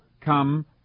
come